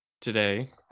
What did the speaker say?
today